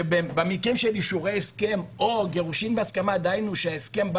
שבמקרים של אישורי הסכם או גירושין בהסכמה דהיינו שההסכם בא